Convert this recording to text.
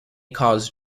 cause